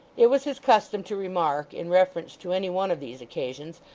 it was his custom to remark, in reference to any one of these occasions,